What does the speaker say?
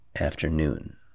afternoon